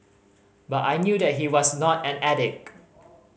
but I knew that he was not an addict